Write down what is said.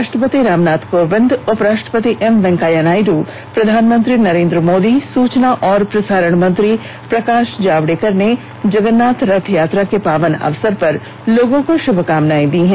राष्ट्रपति रामनाथ कोविंद उपराष्ट्रपति एम वेंकैया नायडू प्रधानमंत्री नरेन्द्र मोदी सूचना और प्रसारण मंत्री प्रकाश जावड़ेकर ने जगन्नाथ रथयात्रा के पावन अवसर पर लोगों को श्भकामनाएं दी हैं